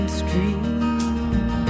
street